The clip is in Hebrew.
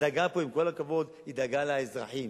עם כל הכבוד, הדאגה פה היא לאזרחים.